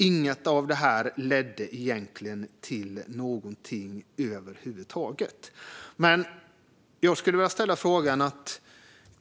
Inget av detta ledde egentligen till någonting över huvud taget. Jag skulle vilja ställa en fråga.